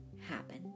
happen